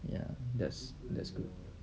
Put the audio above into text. ya that's that's good